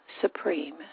supreme